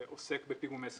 שעוסק בפיגומי זקפים.